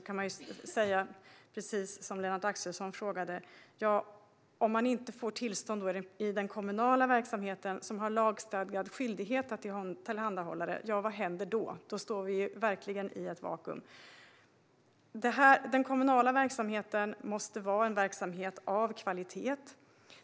Jag instämmer i Lennart Axelssons fråga: Om man inte får tillstånd i den kommunala verksamhet som kommunerna har lagstadgad skyldighet att tillhandahålla, vad händer då? Då befinner vi oss verkligen i ett vakuum. Den kommunala verksamheten måste ha hög kvalitet.